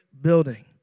building